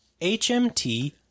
HMT